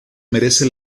merece